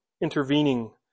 intervening